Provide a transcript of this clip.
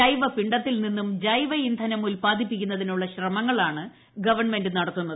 ജൈവപിണ്ഡത്തിൽ നിന്നും ജൈവ ഇന്ധനം ഉൽപാദിപ്പിക്കാനുള്ള ശ്രമങ്ങളാണ് ഗവൺമെന്റ് നടത്തുന്നത്